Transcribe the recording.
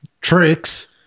tricks